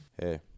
Hey